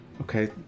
Okay